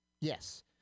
Yes